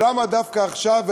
ולמה עכשיו,